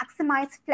maximize